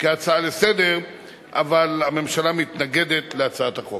כהצעה לסדר-היום, אבל הממשלה מתנגדת להצעת החוק.